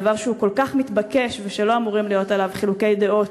דבר שהוא כל כך מתבקש ולא אמורים להיות עליו חילוקי דעות,